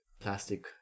plastic